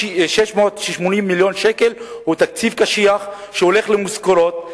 680 מיליון שקל הם תקציב קשיח שהולך למשכורות,